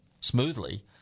smoothly